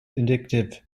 indicative